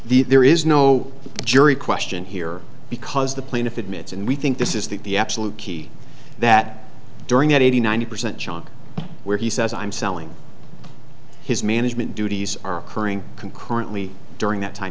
the there is no jury question here because the plaintiff admits and we think this is the absolute key that during that eighty ninety percent choc where he says i'm selling his management duties are occurring concurrently during that time